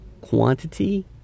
quantity